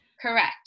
Correct